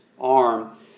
arm